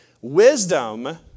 Wisdom